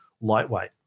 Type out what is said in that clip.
lightweight